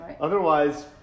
Otherwise